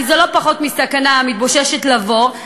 כי זה לא פחות מסכנה המתרגשת לבוא,